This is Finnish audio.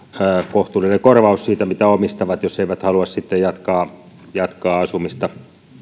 kohtuullinen korvaus siitä mitä omistavat jos eivät sitten halua jatkaa jatkaa asumista